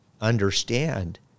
understand